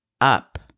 up